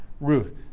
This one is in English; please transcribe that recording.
Ruth